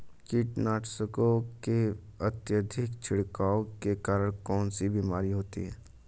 कीटनाशकों के अत्यधिक छिड़काव के कारण कौन सी बीमारी होती है?